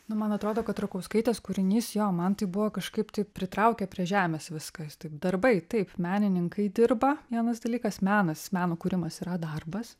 nu man atrodo kad rakauskaitės kūrinys jo man tai buvo kažkaip taip pritraukė prie žemės viskas taip darbai taip menininkai dirba vienas dalykas menas meno kūrimas yra darbas